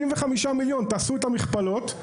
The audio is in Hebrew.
65,000. תעשו את המכפלות,